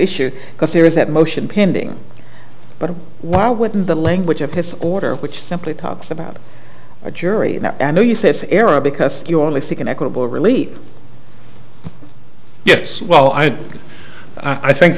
issue because there is that motion pending but why wouldn't the language of his order which simply talks about a jury that i know you say it's error because you only think an equitable relief yes well i i think